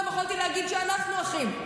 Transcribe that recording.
יכולתי גם להגיד שאנחנו אחים.